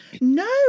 no